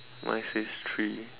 mine says three